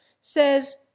says